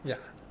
yeah